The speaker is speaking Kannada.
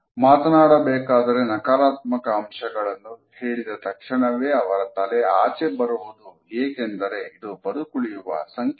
ಮಾತನಾಡಬೇಕಾದರೆ ನಕಾರಾತ್ಮಕ ಅಂಶಗಳನ್ನು ಹೇಳಿದ ತಕ್ಷಣವೇ ಅವರ ತಲೆ ಆಚೆ ಬರುವುದು ಏಕೆಂದರೆ ಇದು ಬದುಕುಳಿಯುವ ಸಂಕೇತ